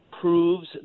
proves